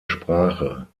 sprache